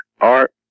Art